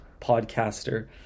podcaster